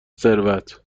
ثروت